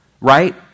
right